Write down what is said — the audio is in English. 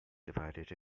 divided